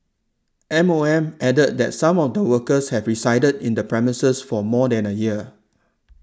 M O M added that some of the workers had resided in the premises for more than a year